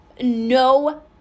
no